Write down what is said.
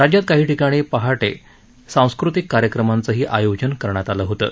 राज्यात काही ठिकाणी पहाटे सांस्कृतिक कार्यक्रमांचही आयोजन करण्यात आलं होतं